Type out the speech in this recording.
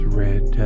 red